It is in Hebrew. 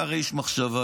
אתה הרי איש מחשבה,